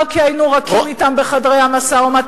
לא כי היינו רכים אתם בחדרי המשא-ומתן,